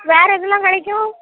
வேறு எதெலாம் கிடைக்கும்